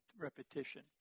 repetition